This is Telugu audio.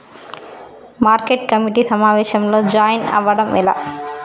మార్కెట్ కమిటీ సమావేశంలో జాయిన్ అవ్వడం ఎలా?